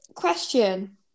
question